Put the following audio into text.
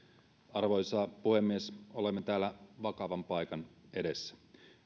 arvoisa puhemies olemme täällä vakavan paikan edessä